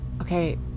okay